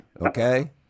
okay